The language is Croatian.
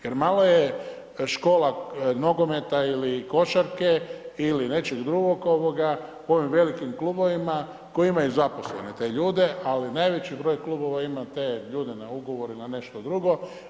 Jer malo je škola nogometa ili košarke ili nečeg drugog ovoga u ovim velikim klubovima koji imaju zaposlene te ljude, ali najveći broj klubova ima te ljude na ugovor ili na nešto drugo.